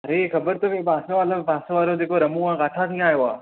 अरे हे ख़बर त पई पासे वरो पासे वारो जेको रमू आहे किथां थी आयो आहे